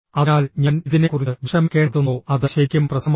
അതിനാൽ ഞാൻ ഇതിനെക്കുറിച്ച് വിഷമിക്കേണ്ടതുണ്ടോ അത് ശരിക്കും പ്രശ്നമാണോ